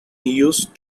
used